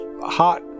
hot